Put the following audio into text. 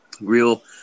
Real